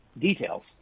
details